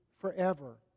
forever